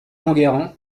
enguerrand